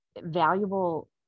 valuable